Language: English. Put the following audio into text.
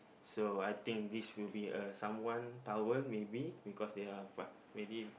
so I think this will be uh someone towel maybe because they are fi~ maybe